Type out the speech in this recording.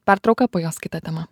pertrauka po jos kita tema